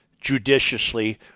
judiciously